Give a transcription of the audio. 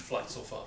flight so far